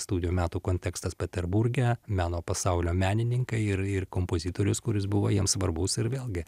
studijų metų kontekstas peterburge meno pasaulio menininkai ir ir kompozitorius kuris buvo jiems svarbus ir vėlgi